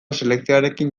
selekzioarekin